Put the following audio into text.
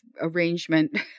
arrangement